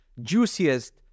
juiciest